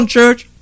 church